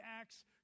acts